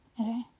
Okay